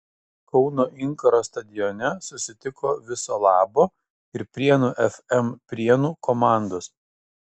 kauno inkaro stadione susitiko viso labo ir prienų fm prienų komandos